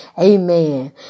Amen